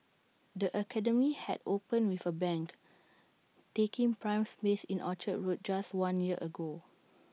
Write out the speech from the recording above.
the academy had opened with A bang taking prime space in Orchard road just one year ago